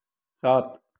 सात